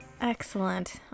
Excellent